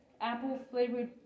apple-flavored